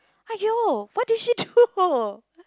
!aiyo! what did she do